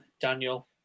Daniel